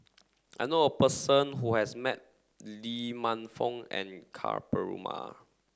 I know a person who has met Lee Man Fong and Ka Perumal